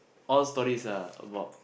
all stories are about